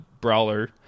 brawler